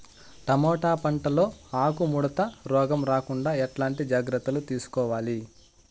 Tomato పంట లో ఆకు ముడత రోగం రాకుండా ఎట్లాంటి జాగ్రత్తలు తీసుకోవాలి?